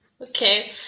okay